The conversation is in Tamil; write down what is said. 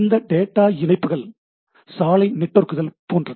இந்த டேட்டா இணைப்புகள் சாலை நெட்வொர்க்குகள் போன்றது